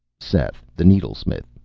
seth the needlesmith,